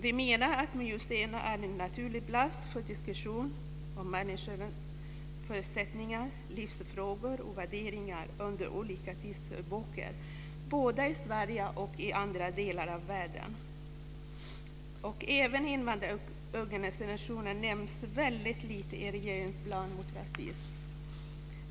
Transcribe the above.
Vi menar att museerna är en naturlig plats för diskussion om människans förutsättningar, livsfrågor och värderingar under olika tidsepoker både i Sverige och i andra delar av världen. Invandrarorganisationerna nämns väldigt lite i regeringens plan mot rasism.